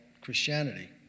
Christianity